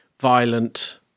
Violent